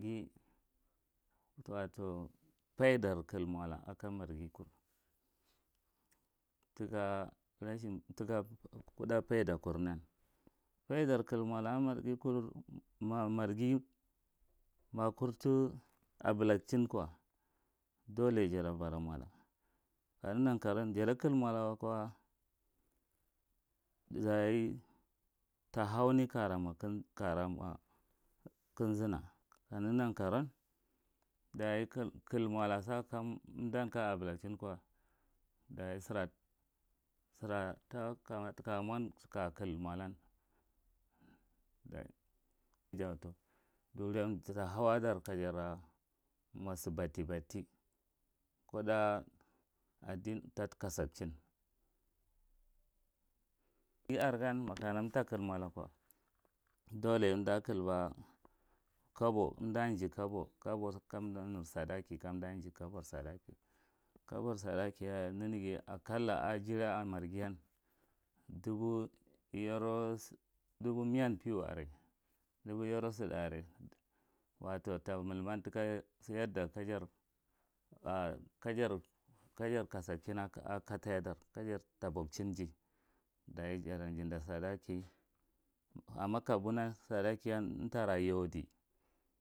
Gi watou foudar kil mda aka marghi kur thika raphin thika kuda faida kurnan faidar kilrnda nkurghge kur ma marghi abulachin kwa, doulai jata bara mola kaneghi nan narsuwan gata kilmola wakwa dachi tahaume kajamo kinzina kaneghi nankorauwan kilmola gmdan kaja kaja abulai hinkwa dachi kaja kil mola wakwa tahawa dar kaja nmosih ɓati ɓati kuda adih thakasalchin. Thargan makafir mtha kicuro ko doulai mtha kuba kobo nda jikabe kadaji kabo kada kabo sadaki kabar sadaki nenegeya akalla ajimar marghiyan dubu yarau dubo meyan piwa aria dubu yarau sldi aria watau ta malma yatha kajar kasatchim akaku kataiyey dark ajar tobok chinji akabel sadaki amma sadakiyen nmtarayaudi